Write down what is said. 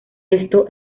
esto